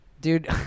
Dude